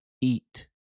eat